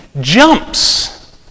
jumps